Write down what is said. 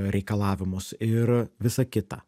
reikalavimus ir visa kita